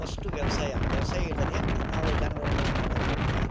first ವ್ಯವಸಾಯ ವ್ಯವಸಾಯ ಇಲ್ಲದೇ ನಾವು ಜಾನುವಾರುಗಳನ್ನ ಏನು ಮಾಡೋಕ್ಕಾಗುತ್ತೆ